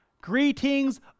Greetings